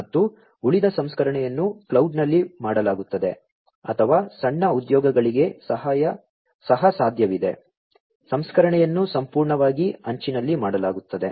ಮತ್ತು ಉಳಿದ ಸಂಸ್ಕರಣೆಯನ್ನು ಕ್ಲೌಡ್ನಲ್ಲಿ ಮಾಡಲಾಗುತ್ತದೆ ಅಥವಾ ಸಣ್ಣ ಉದ್ಯೋಗಗಳಿಗೆ ಸಹ ಸಾಧ್ಯವಿದೆ ಸಂಸ್ಕರಣೆಯನ್ನು ಸಂಪೂರ್ಣವಾಗಿ ಅಂಚಿನಲ್ಲಿ ಮಾಡಲಾಗುತ್ತದೆ